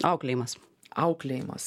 auklėjimas auklėjimas